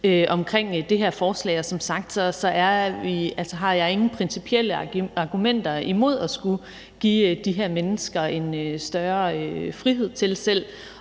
om det her forslag. Og som sagt har jeg ingen principielle argumenter imod at skulle give de her mennesker en større frihed til selv